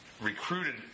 recruited